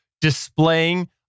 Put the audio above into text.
displaying